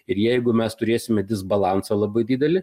ir jeigu mes turėsime disbalansą labai didelį